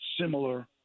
similar